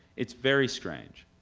it's very strange.